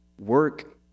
Work